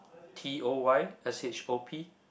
T_O_Y_S_H_O_P